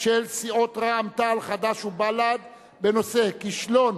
של הסיעות רע"ם-תע"ל, חד"ש ובל"ד בנושא: כישלון